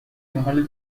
محل